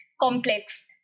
complex